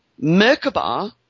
Merkabah